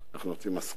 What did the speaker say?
אנחנו רוצים השכלה,